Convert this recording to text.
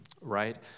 right